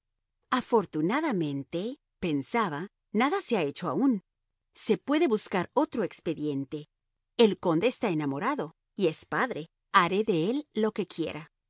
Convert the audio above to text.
afortunadamente pensaba nada se ha hecho aún se puede buscar otro expediente el conde está enamorado y es padre haré de él lo que quiera